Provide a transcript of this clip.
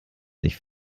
sich